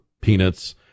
peanuts